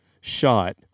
shot